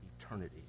eternity